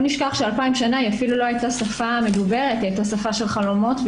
נשכח ש-2,000 היא אפילו לא הייתה שפה מדוברת אלא שפה של חלומות,